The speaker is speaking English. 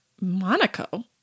Monaco